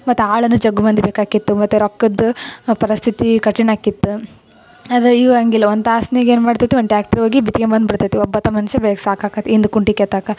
ಮತ್ತೆ ಆಳು ಜಗ ಮಂದಿ ಬೇಕಾಗಿತ್ತು ಮತ್ತೆ ರೊಕ್ಕದ್ದೆ ಆ ಪರಿಸ್ಥಿತಿ ಕಠಿಣ ಆಗಿತ್ತ ಆದ್ರೆ ಈಗ ಹಂಗ್ ಇಲ್ಲ ಒಂದು ತಾಸಿನಾಗೆ ಗೆ ಏನು ಮಾಡ್ತಿತ್ತು ಒಂದು ಟ್ರ್ಯಾಕ್ರ್ ಹೋಗಿ ಬಿತ್ಕೆಂಬಂದು ಬಿಡ್ತಿತ್ತು ಒಬ್ಬಾತ ಮನುಷ್ಯ ಬೆ ಸಾಕಾಕತಿ ಹಿಂದ್ ಕುಂಟೆ ಕೆತ್ತಾಕೆ